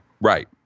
right